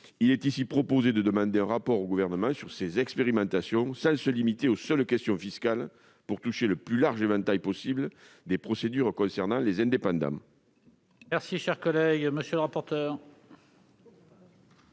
Il est ici proposé de demander un rapport au Gouvernement sur ces expérimentations, sans se limiter aux seules questions fiscales, pour toucher le plus large éventail possible de procédures concernant les indépendants. Quel est l'avis de la